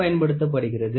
பயன்படுத்தப்படுகிறது